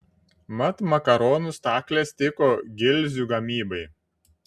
mat makaronų staklės tiko gilzių gamybai